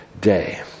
day